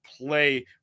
play